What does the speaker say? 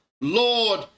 Lord